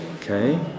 Okay